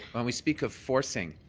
when we speak of forcing,